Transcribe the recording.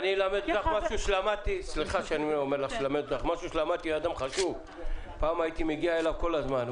למדתי משהו מאדם חשוב שהייתי מגיע אליו כל הזמן.